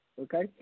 Okay